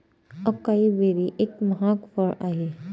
acai berry एक महाग फळ आहे